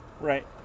Right